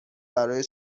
برای